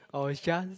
or is just